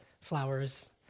flowers